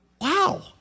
Wow